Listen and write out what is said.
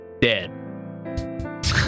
dead